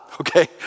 Okay